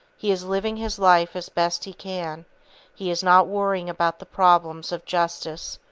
he is living his life as best he can he is not worrying about the problems of justice,